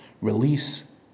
release